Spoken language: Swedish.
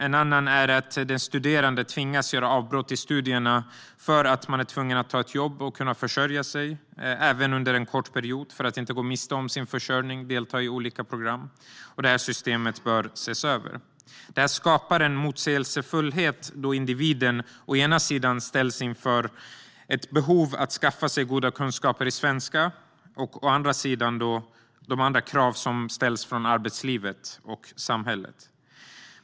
En annan är att den studerande tvingas göra avbrott i studierna för att man är tvungen att ta ett jobb och försörja sig, även under en kort period, för att inte gå miste om sin försörjning. Det handlar också om att delta i olika program. Det här systemet bör ses över. Det skapar en motsägelsefullhet, då individen å ena sidan ställs inför ett behov att skaffa sig goda kunskaper i svenska och å andra sidan ställs inför de andra kraven från arbetslivet och samhället.